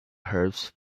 herbs